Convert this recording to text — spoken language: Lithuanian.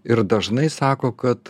ir dažnai sako kad